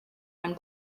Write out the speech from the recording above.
one